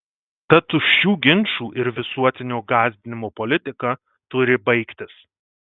ta tuščių ginčų ir visuotinio gąsdinimo politika turi baigtis